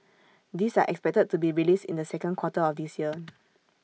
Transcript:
these are expected to be released in the second quarter of this year